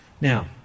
Now